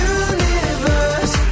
universe